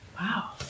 Wow